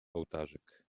ołtarzyk